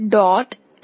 embed